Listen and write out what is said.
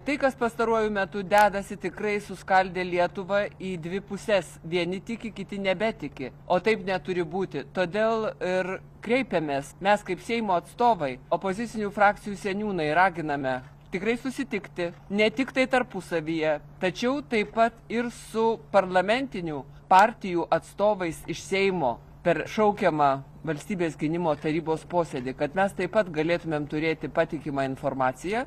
tai kas pastaruoju metu dedasi tikrai suskaldė lietuvą į dvi puses vieni tiki kiti nebetiki o taip neturi būti todėl ir kreipėmės mes kaip seimo atstovai opozicinių frakcijų seniūnai raginame tikrai susitikti ne tiktai tarpusavyje tačiau taip pat ir su parlamentinių partijų atstovais iš seimo per šaukiamą valstybės gynimo tarybos posėdį kad mes taip pat galėtumėm turėti patikimą informaciją